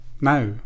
now